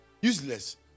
Useless